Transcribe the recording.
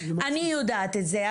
אני יודעת את זה,